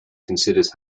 considers